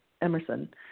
Emerson